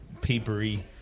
papery